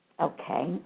Okay